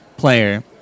player